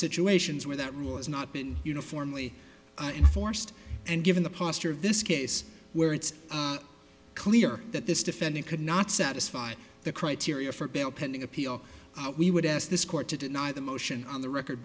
situations where that rule has not been uniformly enforced and given the posture of this case where it's clear that this defendant could not satisfy the criteria for bail pending appeal we would ask this court to deny the motion on the record